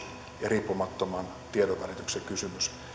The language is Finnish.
ja riippumattoman tiedonvälityksen kysymys